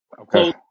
Okay